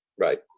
right